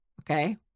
Okay